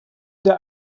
der